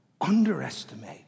underestimate